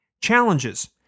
Challenges